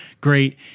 great